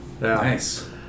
Nice